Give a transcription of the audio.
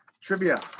trivia